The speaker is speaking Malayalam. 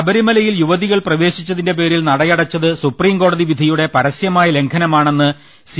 ശബരിമലയിൽ യുവതികൾ പ്രവേശിച്ചതിന്റെ പേരിൽ നടയടച്ചത് സുപ്രീംകോടതി വിധിയുടെ പരസ്യമായ ലംഘനമാണെന്ന് സി